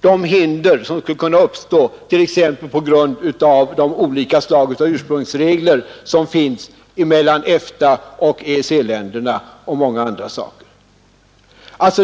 de hinder som skulle kunna uppstå, t.ex. på grund av skillnader i fråga om ursprungsreglerna mellan EFTA och EEC-länderna och mycket annat.